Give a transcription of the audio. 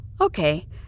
Okay